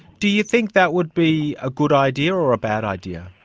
do you think that would be a good idea or bad idea?